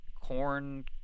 corn